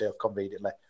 conveniently